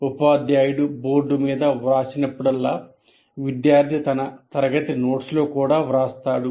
ఉపాధ్యాయుడు బోర్డు మీద వ్రాసినప్పుడల్లా విద్యార్థి తన తరగతి నోట్స్లో కూడా వ్రాస్తాడు